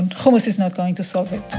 and hummus is not going to solve it